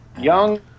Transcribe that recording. Young